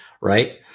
right